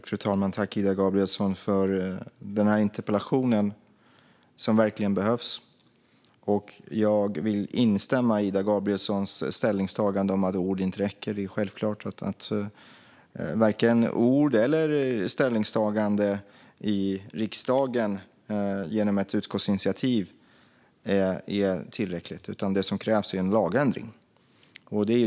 Fru talman! Jag tackar Ida Gabrielsson för interpellationen, som verkligen behövs. Jag vill instämma i Ida Gabrielssons ställningstagande om att ord inte räcker. Det är självklart att varken ord eller ställningstagande i riksdagen genom ett utskottsinitiativ är tillräckligt, utan det som krävs är en lagändring.